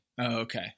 Okay